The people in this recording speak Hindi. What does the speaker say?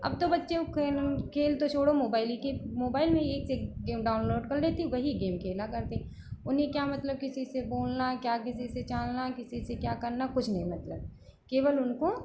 अब तो बच्चे ऊ खेल खेल तो छोड़ो मोबाइल ही के मोबाइल में ही एक से एक गेम डाउनलोड कर लेते वही गेम खेला करते उन्हें क्या मतलब किसी से बोलना क्या किसी से चलना किसी से क्या करना कुछ नहीं मतलब केवल उनको